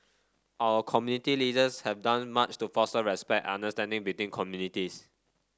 our community leaders have done much to foster respect and understanding between communities